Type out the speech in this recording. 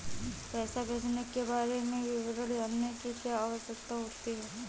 पैसे भेजने के बारे में विवरण जानने की क्या आवश्यकता होती है?